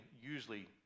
usually